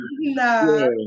No